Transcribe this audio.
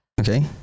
Okay